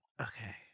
Okay